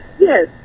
Yes